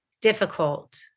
difficult